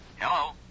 Hello